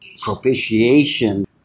propitiation